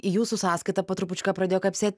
į jūsų sąskaitą po trupučiuką pradėjo kapsėt